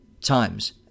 times